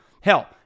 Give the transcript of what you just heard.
Hell